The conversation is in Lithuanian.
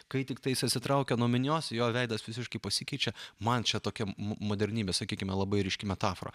kai tiktais atsitraukia nuo minios jo veidas visiškai pasikeičia man čia tokia modernybė sakykime labai ryški metafora